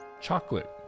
Chocolate